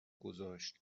گذاشت